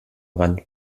rand